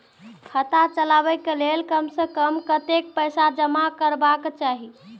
खाता चलावै कै लैल कम से कम कतेक पैसा जमा रखवा चाहि